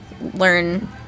learn